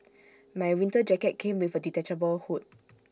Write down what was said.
my winter jacket came with A detachable hood